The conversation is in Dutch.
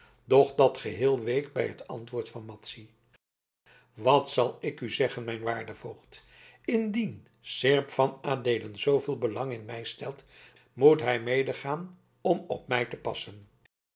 doch dat geheel week bij het antwoord van madzy wat zal ik u zeggen mijn waarde voogd indien seerp van adeelen zooveel belang in mij stelt moest hij medegaan om op mij te passen